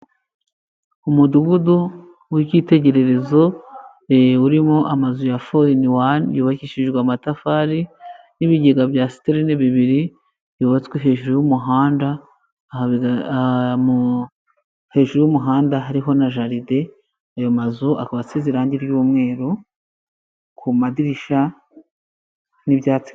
Umudugudu w'icyitegererezo urimo amazu ya fo ini one, yubakishijwe amatafari n'ibigega bya sterine bibiri yubatswe hejuru y'umuhanda, aha hejuru y'umuhanda hariho na jaride, ayo mazu akaba asize irangi ry'umweru ku madirishya n'icyatsi.